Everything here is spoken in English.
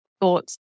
thoughts